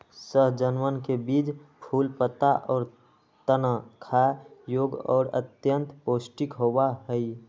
सहजनवन के बीज, फूल, पत्ता, और तना खाय योग्य और अत्यंत पौष्टिक होबा हई